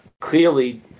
clearly